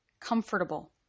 comfortable